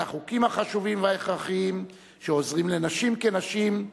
את החוקים החשובים וההכרחיים שעוזרים לנשים כנשים,